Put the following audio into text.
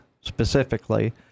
specifically